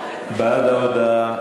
ועדת העבודה,